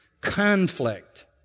conflict